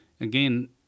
again